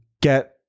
get